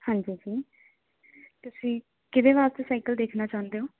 ਹਾਂਜੀ ਜੀ ਤੁਸੀਂ ਕਿਵੇਂ ਵਾਸਤੇ ਸਾਈਕਲ ਦੇਖਣਾ ਚਾਹੁੰਦੇ ਹੋ